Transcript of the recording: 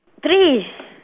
three